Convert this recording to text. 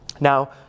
Now